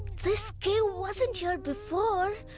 this cave wasn't here before.